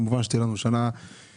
כמובן שתהיה לנו שנה טובה.